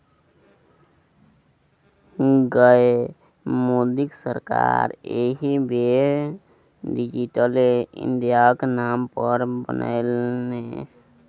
गै मोदीक सरकार एहि बेर डिजिटले इंडियाक नाम पर बनलै ने